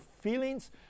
feelings